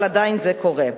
ועדיין זה קורה.